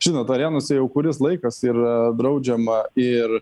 žinot arenose jau kuris laikas yra draudžiama ir